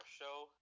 show